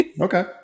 Okay